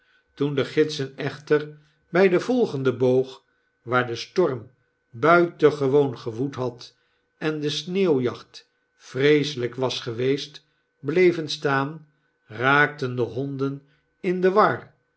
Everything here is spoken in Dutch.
toen de gidsen echter bij den volgenden boog waar de storm buitengewoon gewoed had en de sneeuwjacht vreeselp was geweest bleven staan raakten de honden in de war